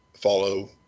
follow